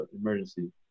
emergency